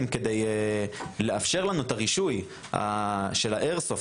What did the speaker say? כדי לאפשר לנו את הרישוי של האיירסופט,